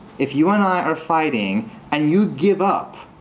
if you and i are fighting and you give up,